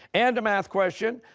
and a math question.